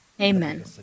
amen